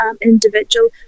individual